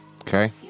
Okay